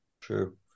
true